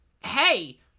hey